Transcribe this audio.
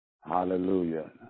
Hallelujah